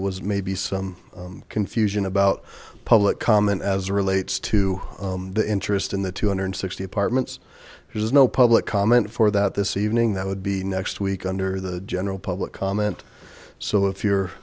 was maybe some confusion about public comment as relates to the interest in the two hundred sixty apartments there's no public comment for that this evening that would be next week under the general public comment so if you're